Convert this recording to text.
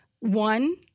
One